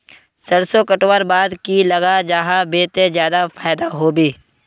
सरसों कटवार बाद की लगा जाहा बे ते ज्यादा फायदा होबे बे?